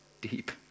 deep